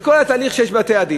את כל התהליך שיש בבתי-הדין,